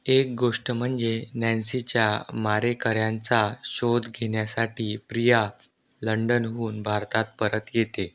एक गोष्ट म्हणजे नॅन्सीच्या मारेकऱ्यांचा शोध घेण्यासाठी प्रिया लंडनहून भारतात परत येते